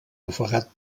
ofegat